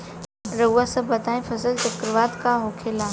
रउआ सभ बताई फसल चक्रवात का होखेला?